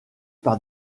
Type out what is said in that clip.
par